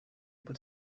able